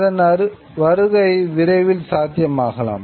அதன் வருகை விரைவில் சாத்தியமாகலாம்